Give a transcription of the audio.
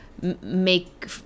make